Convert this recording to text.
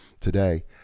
today